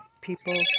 people